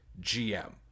GM